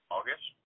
August